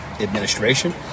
administration